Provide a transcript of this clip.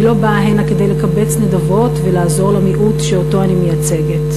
אני לא באה הנה כדי לקבץ נדבות ולעזור למיעוט שאני מייצגת.